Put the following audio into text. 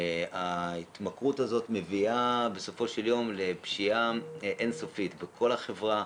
ההתמכרות הזאת מביאה בסופו של יום לפשיעה אין סופית בכל החברה,